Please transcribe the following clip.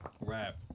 rap